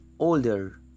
Older